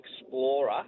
Explorer